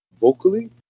vocally